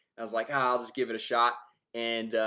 i was like i'll just give it a shot and